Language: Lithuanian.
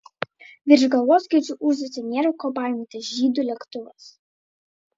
virš galvos girdžiu ūžesį nėra ko baimintis žydų lėktuvas